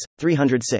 306